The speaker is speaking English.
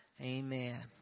amen